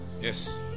Yes